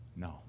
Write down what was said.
No